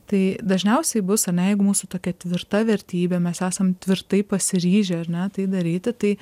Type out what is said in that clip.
tai dažniausiai bus ane jeigu mūsų tokia tvirta vertybė mes esam tvirtai pasiryžę ar ne tai daryti tai